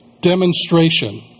demonstration